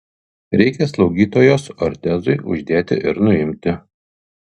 reikia slaugytojos ortezui uždėti ir nuimti